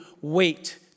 wait